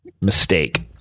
mistake